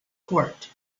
court